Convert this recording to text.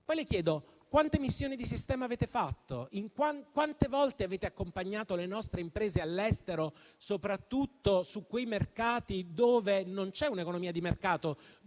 inoltre: quante missioni di sistema avete fatto? Quante volte avete accompagnato le nostre imprese all'estero, soprattutto dove non c'è un'economia di mercato